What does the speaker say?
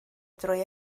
drwy